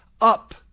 up